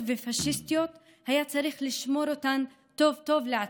ופשיסטיות היה צריך לשמור אותן טוב-טוב לעצמו.